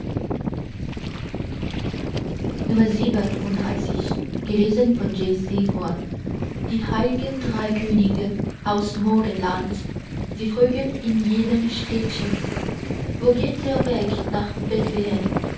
xxxvii die heilgen drei könige aus morgenland sie frugen in jedem städtchen wo geht der weg nach